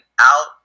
out